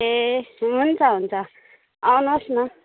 ए हुन्छ हुन्छ आउनुहोस् न